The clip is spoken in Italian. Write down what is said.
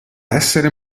essere